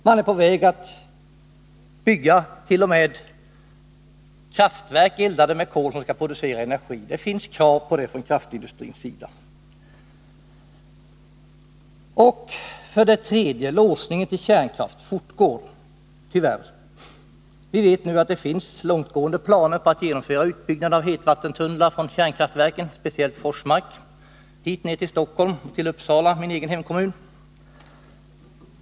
Man är på väg att byggat.o.m. kraftverk eldade med kol. Det finns krav på detta från kraftindustrin. Låsningen till kärnkraft fortgår tyvärr. Vi vet nu att det finns långtgående planer på att genomföra en utbyggnad av hetvattentunnlar från kärnkraftverken, speciellt från Forsmark, till Stockholm och till min hemkommun Uppsala.